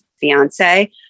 fiance